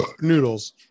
noodles